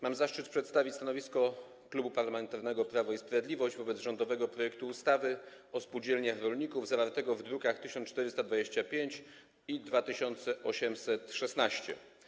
Mam zaszczyt przedstawić stanowisko Klubu Parlamentarnego Prawo i Sprawiedliwość wobec rządowego projektu ustawy o spółdzielniach rolników, zawartego w drukach nr 1425 i 2816.